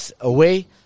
away